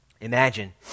Imagine